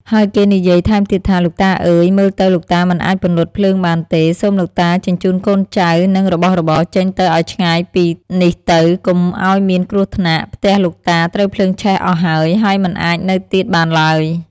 ហើយគេនិយាយថែមទៀតថា លោកតា អើយ! មើលទៅលោកតាមិនអាចពន្លត់ភ្លើងបានទេ សូមលោកតាជញ្ជូនកូនចៅ និង របស់របរចេញទៅឱ្យឆ្ងាយពីនេះទៅ កុំឱ្យមានគ្រោះថ្នាក់ ផ្ទះលោកតាត្រូវភ្លើងឆេះអស់ហើយ ហើយមិនអាចនៅទៀតបានឡើយ។